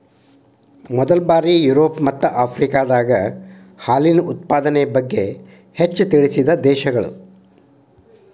ಮೊದಲ ಬಾರಿ ಯುರೋಪ ಮತ್ತ ಆಫ್ರಿಕಾದಾಗ ಹಾಲಿನ ಉತ್ಪಾದನೆ ಬಗ್ಗೆ ಹೆಚ್ಚ ತಿಳಿಸಿದ ದೇಶಗಳು